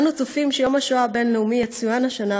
אנו צופים שיום השואה הבין-לאומי יצוין השנה